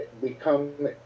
become